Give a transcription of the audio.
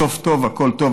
סוף טוב הכול טוב.